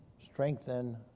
strengthen